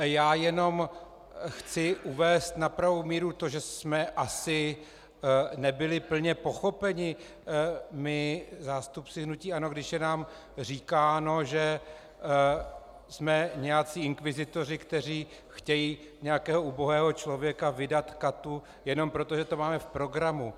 Já jenom chci uvést na pravou míru to, že jsme asi nebyli plně pochopeni, my, zástupci hnutí ANO, když je nám říkáno, že jsme nějací inkvizitoři, kteří chtějí nějakého ubohého člověka vydat katu jenom proto, že to máme v programu.